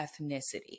ethnicity